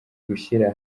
gushyira